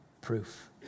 proof